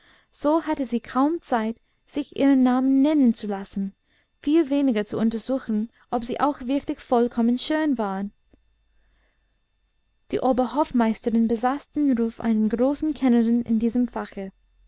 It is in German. so hatte sie kaum zeit sich ihre namen nennen zu lassen viel weniger zu untersuchen ob sie auch wirklich vollkommen schön waren die oberhofmeisterin besaß den ruf einer großen kennerin in diesem fache